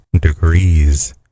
degrees